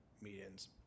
meetings